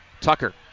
Tucker